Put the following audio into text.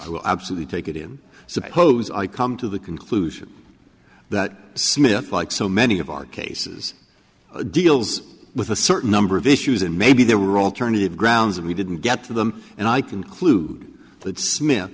i will absolutely take it in suppose i come to the conclusion that smith like so many of our cases deals with a certain number of issues and maybe there were alternative grounds and we didn't get to them and i conclude that smith